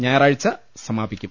ഞായറാഴ്ച സമാപിക്കും